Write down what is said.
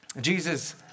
Jesus